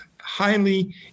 highly